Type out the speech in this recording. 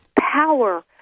power